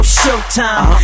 showtime